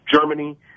Germany